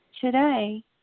Today